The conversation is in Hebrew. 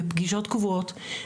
בפגישות קבועות.